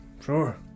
Sure